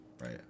right